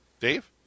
Dave